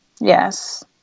yes